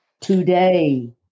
today